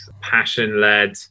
passion-led